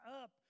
up